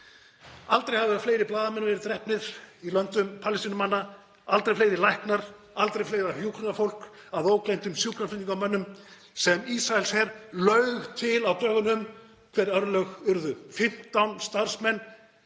Aldrei hafa fleiri blaðamenn verið drepnir í löndum Palestínumanna, aldrei fleiri læknar, aldrei fleira hjúkrunarfólk, að ógleymdum sjúkraflutningamönnum sem Ísraelsher laug til á dögunum hver örlög urðu. 15 starfsmenn